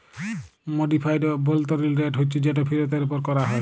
modified অভ্যলতরিল rate হছে যেট ফিরতের উপর ক্যরা হ্যয়